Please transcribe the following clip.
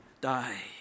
die